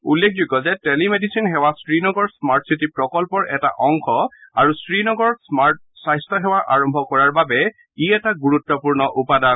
উল্লেখযোগ্য যে টেলিমেডিচিন সেৱা শ্ৰীনগৰ স্মাৰ্ট চিটি প্ৰকল্পৰ এটা অংশ আৰু শ্ৰীনগৰত স্মাৰ্ট স্বাস্থ্য সেৱা আৰম্ভ কৰাৰ বাবে ই এটা গুৰুত্বপূৰ্ণ উপাদান